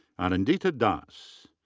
anindita das.